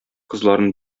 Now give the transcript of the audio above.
кызларын